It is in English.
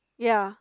ya